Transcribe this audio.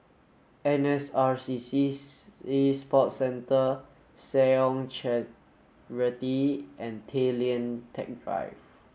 N S R C C Sea Sports Centre Seh Ong Charity and Tay Lian Teck Drive